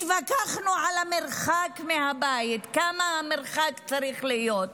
התווכחנו על המרחק מהבית, כמה המרחק צריך להיות,